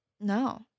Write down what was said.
No